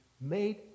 made